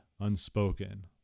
unspoken